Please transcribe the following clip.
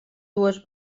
dues